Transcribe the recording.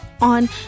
on